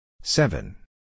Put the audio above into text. Seven